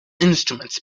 instruments